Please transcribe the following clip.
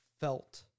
felt